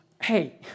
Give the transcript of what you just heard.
hey